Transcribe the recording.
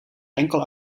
enkel